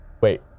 Wait